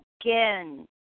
again